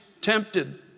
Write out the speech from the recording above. tempted